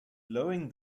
blowing